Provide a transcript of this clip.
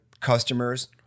customers